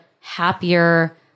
happier